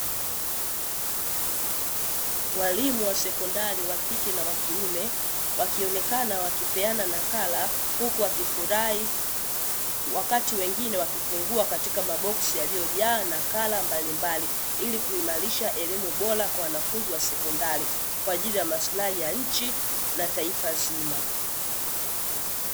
Walimu wa sekondari wa kike na wa kiume, wakionekana wakipeana nakala huku wakifurahi wakati wengine wakifungua katika maboksi yaliyojaa nakala mbalimbali, ili kuimarisha elimu bora kwa wanafunzi wa sekondari, kwa ajili ya maslahi ya nchi na taifa zima.